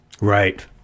Right